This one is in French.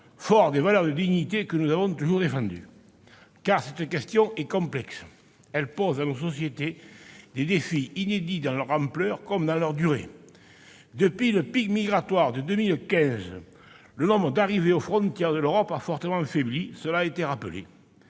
forts des valeurs de dignité que nous avons toujours défendues. Cette question est effectivement complexe ; elle confronte nos sociétés à des défis, inédits dans leur ampleur comme dans leur durée. Depuis le pic migratoire de 2015, le nombre d'arrivées aux frontières de l'Europe a fortement faibli, cela a été rappelé.